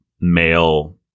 male